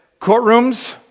courtrooms